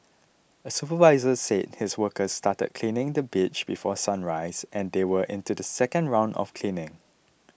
a supervisor said his workers started cleaning the beach before sunrise and they were into the second round of cleaning